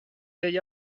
ella